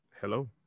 Hello